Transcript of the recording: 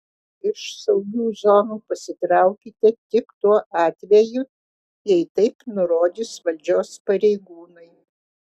iš saugių zonų pasitraukite tik tuo atveju jei taip nurodys valdžios pareigūnai